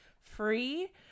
free